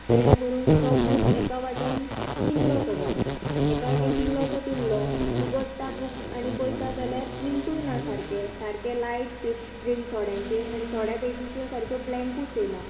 जेणें करून तो बूक एका वाटेन पिनल्लो सगळो एका वाटेन पिनल्लो तो पिनल्लो उगटां बूक आनी पयळता जाल्यार प्रिंटूय ना सारकें सारकें लायट प्रि प्रिंट थोड्यांचेर आनी थोड्या पेजीचेर सारको ब्लॅकूंच येयलां